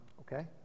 okay